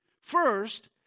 First